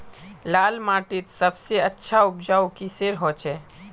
लाल माटित सबसे अच्छा उपजाऊ किसेर होचए?